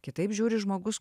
kitaip žiūri žmogus